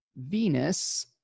Venus